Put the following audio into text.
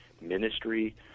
ministry